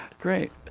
Great